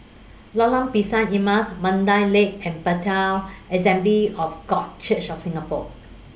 Lorong Pisang Emas Mandai Lake and Bethel Assembly of God Church of Singapore